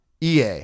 EA